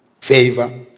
favor